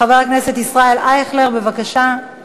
חבר הכנסת ישראל אייכלר, בבקשה.